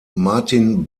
martin